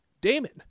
Damon